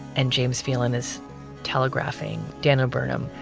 and james phelan is telegraphing daniel burnham,